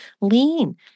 lean